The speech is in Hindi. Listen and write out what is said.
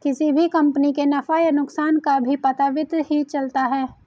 किसी भी कम्पनी के नफ़ा या नुकसान का भी पता वित्त ही चलता है